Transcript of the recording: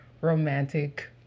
romantic